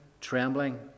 trembling